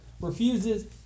refuses